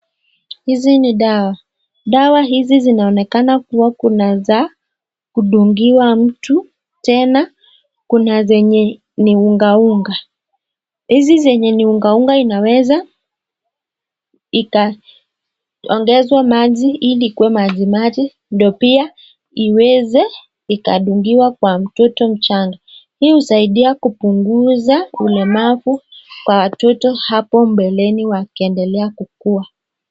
Hizi ni dawa, dawa hizi zinaonekana kuwa kuna za kudungiwa mtu, tena kuna zenye ni unga unga, hizi zenye ni unga unga inaweza ikaongezwa maji ili ikuwe maji maji ndio pia iweze ikadungiwa kwa mtoto mchanga, hii husaidia kupunguza ulemavu kwa watoto hapo mbeleni wakiendelea kukua.